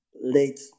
late